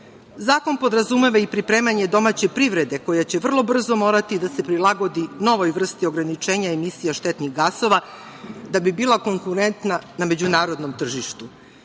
Zakon podrazumeva i pripremanje domaće privrede koja će vrlo brzo morati da se prilagodi novoj vrsti ograničenja emisije štetnih gasova da bi bila konkurentna na međunarodnom tržištu. Ono